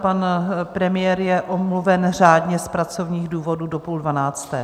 Pan premiér je omluven řádně z pracovních důvodů do půl dvanácté.